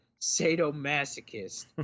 sadomasochist